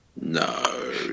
No